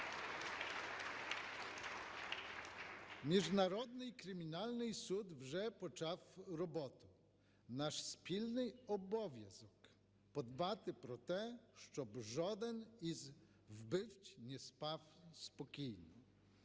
Міжнародний кримінальний суд вже почав роботу. Наш спільний обов'язок – подбати про те, щоб жоден із вбивць не спав спокійно.